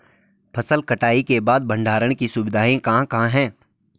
फसल कटाई के बाद भंडारण की सुविधाएं कहाँ कहाँ हैं?